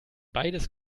beides